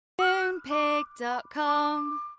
Moonpig.com